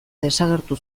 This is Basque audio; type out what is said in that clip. desagertu